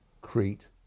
Crete